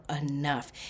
enough